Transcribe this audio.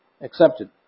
accepted